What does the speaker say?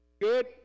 Good